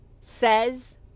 says